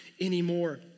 anymore